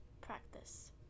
practice